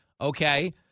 Okay